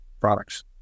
products